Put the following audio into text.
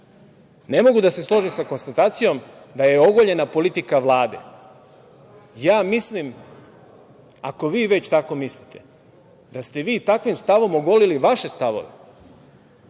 ne mogu da se složim sa konstatacijom da je ogoljena politika Vlade. Ja mislim, ako vi već tek tako mislite, da ste vi takvim stavom ogolili vaše stavove,